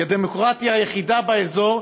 כדמוקרטיה היחידה באזור,